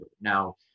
Now